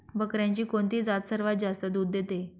बकऱ्यांची कोणती जात सर्वात जास्त दूध देते?